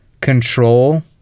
control